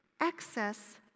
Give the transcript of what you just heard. excess